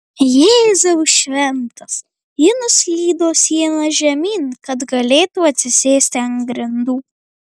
jėzau šventas ji nuslydo siena žemyn kad galėtų atsisėsti ant grindų